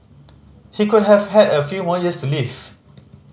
he could have had a few more years to live